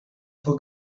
for